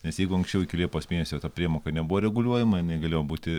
nes jeigu anksčiau iki liepos mėnesio ta priemoka nebuvo reguliuojama jinai galėjo būti